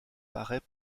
paraît